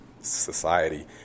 society